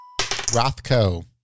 Rothko